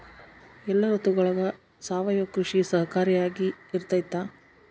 ಎಲ್ಲ ಋತುಗಳಗ ಸಾವಯವ ಕೃಷಿ ಸಹಕಾರಿಯಾಗಿರ್ತೈತಾ?